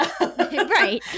right